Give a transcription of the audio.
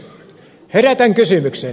herätän kysymyksen